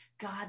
God